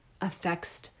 affects